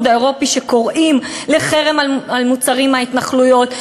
האירופי שקוראים לחרם על מוצרים מההתנחלויות.